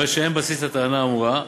הרי שאין בסיס לטענה האמורה.